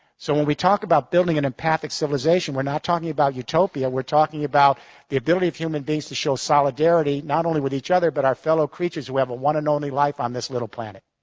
so when we talk about building an empathic civilization, we're not talking about utopia, we're talking about the ability of human beings to show solidarity not only with each other but with our fellow creatures who have a one and only life on this little planet.